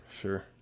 sure